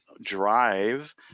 drive